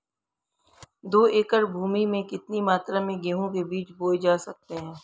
दो एकड़ भूमि में कितनी मात्रा में गेहूँ के बीज बोये जा सकते हैं?